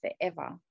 forever